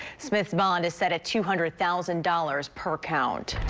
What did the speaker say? smith's bond is set at two hundred thousand dollars per count,